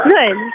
Good